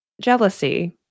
jealousy